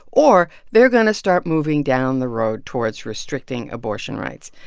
or they're going to start moving down the road towards restricting abortion rights.